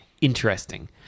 interesting